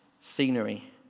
scenery